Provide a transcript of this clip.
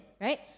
right